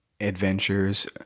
adventures